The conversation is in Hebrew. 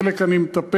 בחלק אני מטפל,